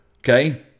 Okay